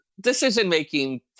decision-making